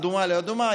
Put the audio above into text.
אדומה לאדומה,